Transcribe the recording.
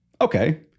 okay